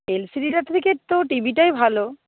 এল C D T ভিটাই ভালো